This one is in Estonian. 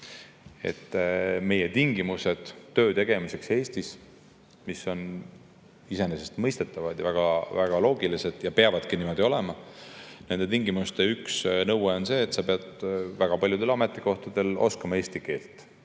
on tingimused töö tegemiseks Eestis, mis on iseenesestmõistetavad ja väga loogilised ja peavadki sellised olema. Nende tingimuste üks nõue on see, et väga paljudel ametikohtadel sa pead oskama eesti keelt.